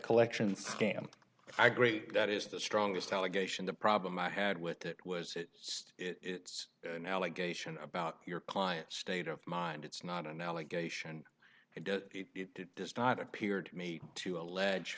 collection scam i great that is the strongest allegation the problem i had with it was it sed it's an allegation about your client state of mind it's not an allegation and it does not appear to me to allege